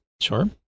Sure